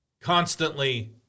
constantly